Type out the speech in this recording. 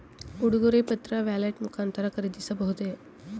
ಉಡುಗೊರೆ ಪತ್ರ ವ್ಯಾಲೆಟ್ ಮುಖಾಂತರ ಖರೀದಿಸಬಹುದೇ?